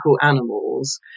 animals